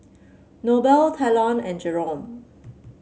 Noble Talon and Jerome